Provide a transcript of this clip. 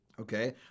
Okay